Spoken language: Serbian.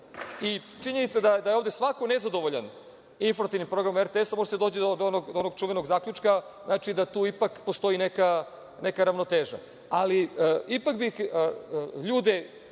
Činjenica je da je ovde svako nezadovoljan informativnim programom RTS, može da se dođe do onog čuvenog zaključka, da tu ipak postoji neka ravnoteža. Ipak bi ljude